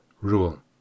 Rule